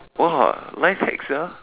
!wah! life hack sia